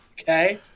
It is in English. Okay